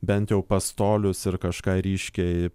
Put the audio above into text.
bent jau pastolius ir kažką ryškiai